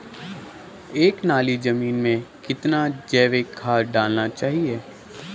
एक नाली जमीन में कितना जैविक खाद डालना चाहिए?